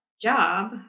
job